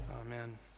Amen